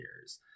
years